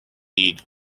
lead